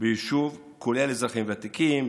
ביישוב כולל אזרחים ותיקים,